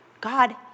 God